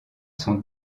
sont